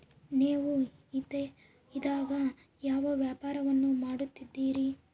ನೇವು ಇದೇಗ ಯಾವ ವ್ಯಾಪಾರವನ್ನು ಮಾಡುತ್ತಿದ್ದೇರಿ?